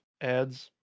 ads